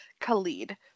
Khalid